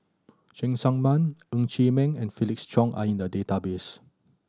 Cheng Tsang Man Ng Chee Meng and Felix Cheong are in the database